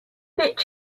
bitch